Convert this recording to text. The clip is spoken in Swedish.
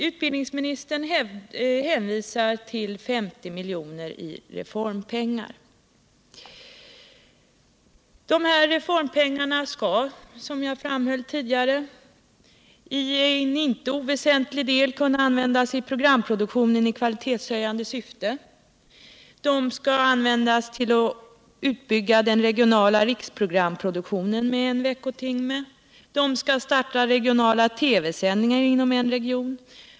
Utbildningsministern hänvisar till 50 miljoner i reformpengar. Som jag framhöll tidigare skall emellertid de pengarna till icke oväsentlig del kunna användas i programproduktionen i kvalitetshöjande syfte. De skall också användas till att bygga ut den regionala riksprogramproduktionen med en veckotimme. Likaså skall de räcka till att starta regionala TV-sändningar inom en region.